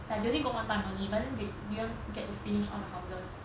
like I only go one time only but then they get to finish all the houses